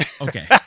Okay